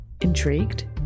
Intrigued